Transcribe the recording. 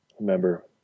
remember